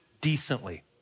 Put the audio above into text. decently